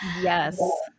Yes